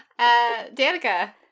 Danica